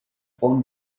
phone